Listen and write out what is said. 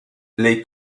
les